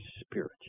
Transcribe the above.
spirit